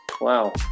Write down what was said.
Wow